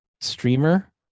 streamer